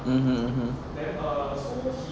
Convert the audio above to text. mmhmm mmhmm